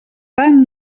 tant